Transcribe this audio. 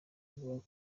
ivuga